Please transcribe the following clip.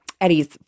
eddie's